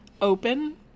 open